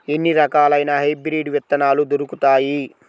ఎన్ని రకాలయిన హైబ్రిడ్ విత్తనాలు దొరుకుతాయి?